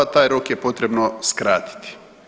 Taj rok je potrebno skratiti.